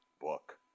book